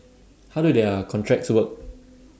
how do their contracts work